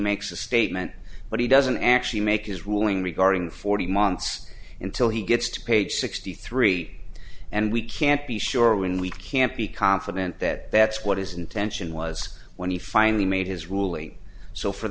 makes a statement but he doesn't actually make his ruling regarding forty months until he gets to page sixty three and we can't be sure when we can't be confident that that's what his intention was when he finally made his ruling so for